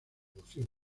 devoción